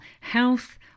health